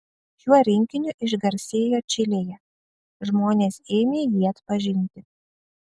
šiuo rinkiniu išgarsėjo čilėje žmonės ėmė jį atpažinti